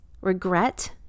regret